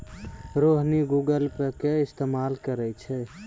Rohini Google Pay के इस्तेमाल करै छै